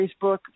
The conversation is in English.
Facebook